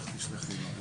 איך תשלחי לו?